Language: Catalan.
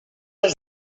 has